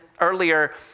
earlier